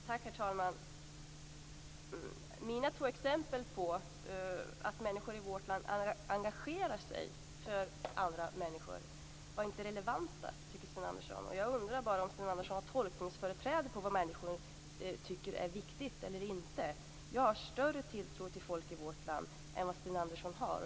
Herr talman! Mina två exempel på att människor i vårt land engagerar sig för andra människor var inte relevanta, tyckte Sten Andersson. Jag undrar bara om Sten Andersson har tolkningsföreträde när det gäller vad människor tycker är viktigt. Jag har större tilltro till folk i vårt land än vad Sten Andersson har.